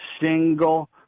single